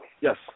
Yes